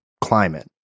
climate